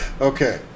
Okay